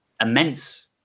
immense